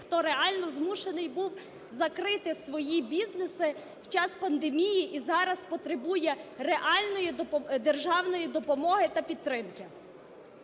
хто реально змушений був закрити свої бізнеси в час пандемії і зараз потребує реальної державної допомоги та підтримки.